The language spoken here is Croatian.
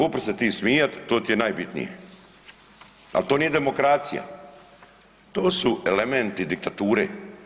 Upri se ti smijat, to ti je najbitnije, al to nije demokracija, to su elementi diktature.